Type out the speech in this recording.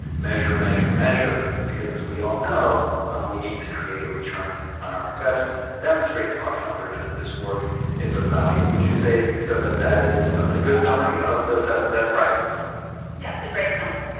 measure, measure, measure because as we all know we need to create a return on our investment, and demonstrate to our funders that this work is of value. would you say lisa, that that is a good summary of the seven best practices? lisa yeah, that's a great summary,